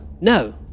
No